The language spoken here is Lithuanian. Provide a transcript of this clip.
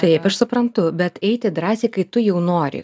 taip aš suprantu bet eiti drąsiai kai tu jau nori